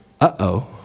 uh-oh